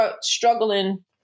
struggling